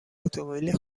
اتومبیل